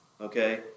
okay